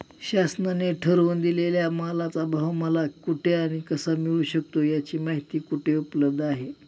शासनाने ठरवून दिलेल्या मालाचा भाव मला कुठे आणि कसा मिळू शकतो? याची माहिती कुठे उपलब्ध आहे?